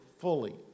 fully